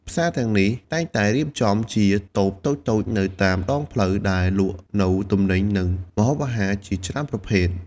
ផ្សារទាំងនេះតែងតែរៀបចំជាតូបតូចៗនៅតាមដងផ្លូវ ដែលលក់នូវទំនិញ និងម្ហូបអាហារជាច្រើនប្រភេទ។